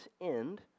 end